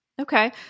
Okay